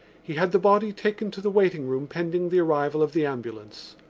he had the body taken to the waiting-room pending the arrival of the ambulance.